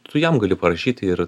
tu jam gali parašyti ir